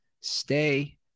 stay